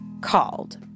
called